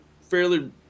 fairly